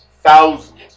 thousands